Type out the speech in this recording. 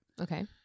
Okay